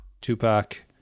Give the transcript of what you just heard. Tupac